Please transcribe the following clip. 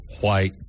white